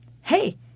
Hey